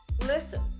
Listen